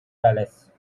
palace